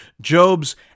Job's